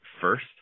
first